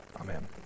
Amen